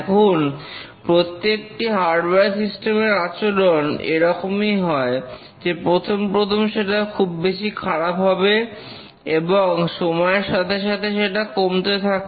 এখন প্রত্যেকটি hardware system এর আচরণ এরকমই হয় যে প্রথম প্রথম সেটা খুব বেশি খারাপ হবে এবং সময়ের সাথে সাথে সেটা কমতে থাকে